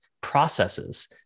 processes